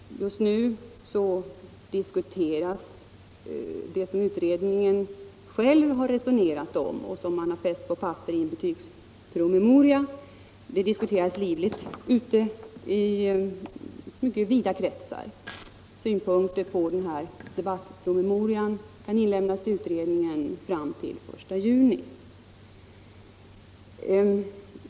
Just nu diskuteras det som utredningen själv har resonerat om — det har fästs på papper i en betygspromemoria — livligt ute i mycket vida kretsar. Synpunkter på den här debattpromemorian kan inlämnas till utredningen fram till den 1 juni.